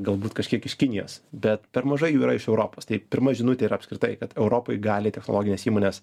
galbūt kažkiek iš kinijos bet per mažai jų yra iš europos tai pirma žinutė yra apskritai kad europoj gali technologinės įmonės